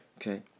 Okay